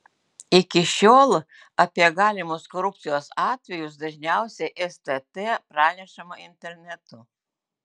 iki šiol apie galimus korupcijos atvejus dažniausiai stt pranešama internetu